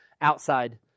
outside